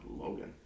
Logan